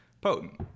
potent